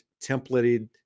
templated